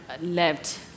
left